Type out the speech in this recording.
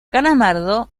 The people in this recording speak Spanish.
calamardo